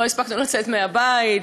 לא הספקנו לצאת מהבית,